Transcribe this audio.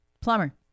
Plumber